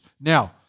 Now